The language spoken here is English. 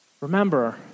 Remember